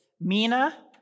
Mina